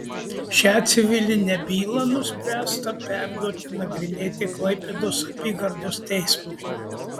šią civilinę bylą nuspręsta perduoti nagrinėti klaipėdos apygardos teismui